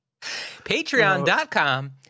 Patreon.com